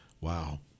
Wow